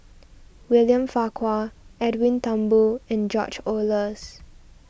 William Farquhar Edwin Thumboo and George Oehlers